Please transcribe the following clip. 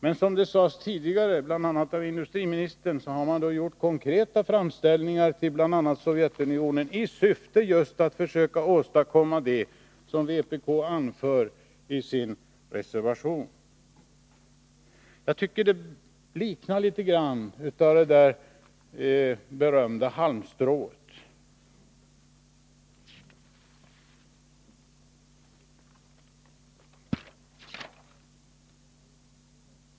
Men som tidigare sagts, bl.a. av industriministern, har man gjort konkreta framställningar till bl.a. Sovjetunionen i syfte att försöka åstadkomma just det som vpk anför i sin reservation. Jag tycker att detta liknar det berömda halmstrået.